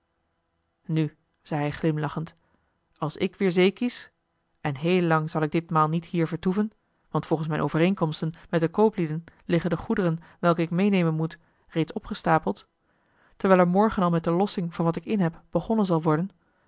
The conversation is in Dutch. nu zei hij glimlachend als ik weer zee kies en heel lang zal ik ditmaal niet hier vertoeven want volgens mijn overeenkomsten met de kooplieden liggen de goederen welke ik meenemen moet reeds opgestapeld terwijl er morgen al met de lossing van wat ik in heb begonnen zal worden